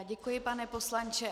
Děkuji, pane poslanče.